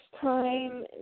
time